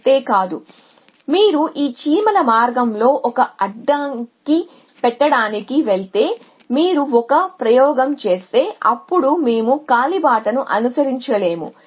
అంతే కాదు ఒక ప్రయోగం చేస్తే మీరు ఈ చీమల మార్గంలో ఒక అడ్డంకి పెట్టడానికి వెళితే మీరు అప్పుడు అవి కాలిబాటను అనుసరించలేము